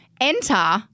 Enter